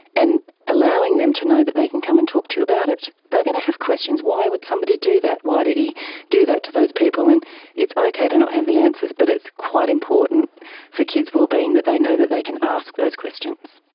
and allowing them to know that they can come and talk to you about it. they are going to have questions why would somebody do that, why did he do that to those people? and it's okay to not have the answers but it's quite important for kids' well-being that they know that they can ask those questions.